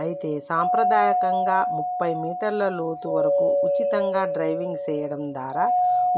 అయితే సంప్రదాయకంగా ముప్పై మీటర్ల లోతు వరకు ఉచితంగా డైవింగ్ సెయడం దారా